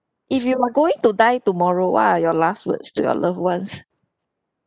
if you are going to die tomorrow what are your last words to your loved ones